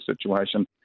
situation